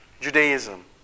Judaism